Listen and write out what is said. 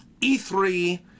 E3